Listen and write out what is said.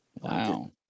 Wow